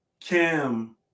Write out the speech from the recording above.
Cam